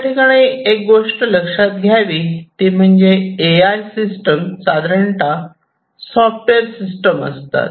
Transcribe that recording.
याठिकाणी एक गोष्ट लक्षात घ्यावी ती म्हणजे ए आय सिस्टम साधारणतः सॉफ्टवेअर सिस्टम असतात